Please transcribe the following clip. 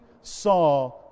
saw